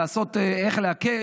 לעשות איך להקל,